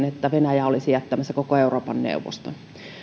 että venäjä olisi jättämässä koko euroopan neuvoston